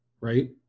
right